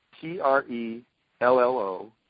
T-R-E-L-L-O